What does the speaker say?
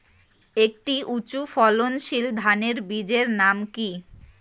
একটি উচ্চ ফলনশীল ধানের বীজের নাম কী?